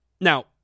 Now